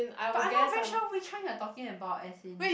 but I'm not very sure which hunk you're talking about as in